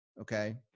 okay